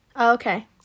okay